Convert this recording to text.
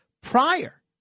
prior